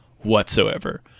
whatsoever